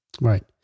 Right